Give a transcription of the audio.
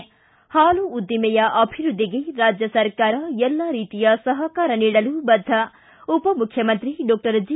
ಿ ಹಾಲು ಉದ್ದಿಮೆಯ ಅಭಿವೃದ್ದಿಗೆ ರಾಜ್ಯ ಸರಕಾರ ಎಲ್ಲ ರೀತಿಯ ಸಹಕಾರ ನೀಡಲು ಬದ್ದ ಉಪಮುಖ್ಯಮಂತ್ರಿ ಡಾಕ್ಟರ್ ಜಿ